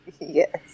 yes